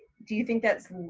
do you think that's,